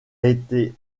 été